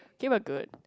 came out good